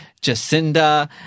jacinda